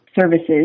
services